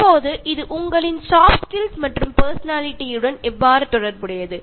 இப்போது இது உங்களின் சாஃப்ட் ஸ்கில்ஸ் மற்றும் பர்சனாலிட்டி யுடன் எவ்வாறு தொடர்புடையது